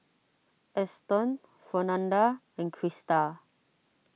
Eston Fernanda and Christa